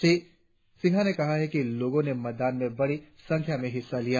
श्री सिंहा ने कहा कि लोगों ने मतदान में बड़ी संख्या में हिस्सा लिया